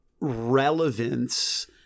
relevance